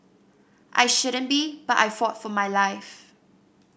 I shouldn't be but I fought for my life